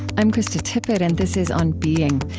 i'm krista tippett and this is on being.